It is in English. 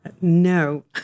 No